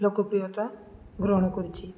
ଲୋକପ୍ରିୟତା ଗ୍ରହଣ କରୁଛି